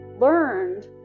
learned